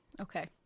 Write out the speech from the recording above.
Okay